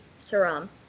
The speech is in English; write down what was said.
Saram